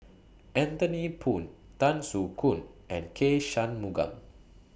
Anthony Poon Tan Soo Khoon and K Shanmugam